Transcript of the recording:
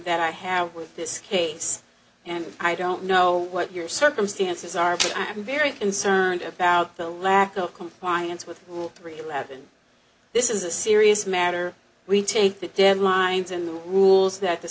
that i have with this case and i don't know what your circumstances are but i'm very concerned about the lack of compliance with the rule three eleven this is a serious matter we take the deadlines and the rules that the